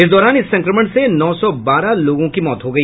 इस दौरान इस संक्रमण से नौ सौ बारह लोगों की मौत हो गई